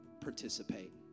participate